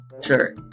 Sure